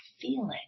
feeling